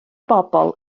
bobl